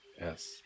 Yes